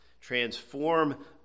transform